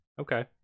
Okay